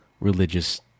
religious